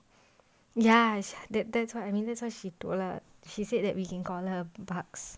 ya that that's what I mean that's why she she said that we can her bugs